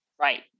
right